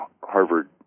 Harvard